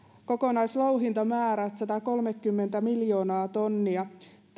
kokonaislouhintamäärät satakolmekymmentä miljoonaa tonnia